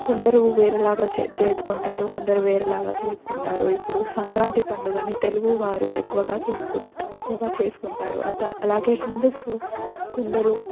కొందరు వేరేలాగా జరుపుకుంటారు కొందరు వేరేలాగా జరుపుకుంటారు ఇప్పుడు సంక్రాంతి పండుగని తెలుగు వారు ఎక్కువగా చెప్పుకు ఎక్కువగా చేసుకుంటారు అలాగే హిందూస్లో కొందరు